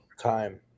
Time